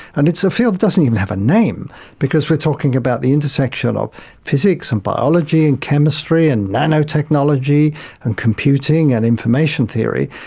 and it's a field that doesn't even have a name because we are talking about the intersection of physics and biology and chemistry and nanotechnology and computing and information theory.